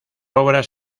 obras